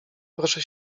proszę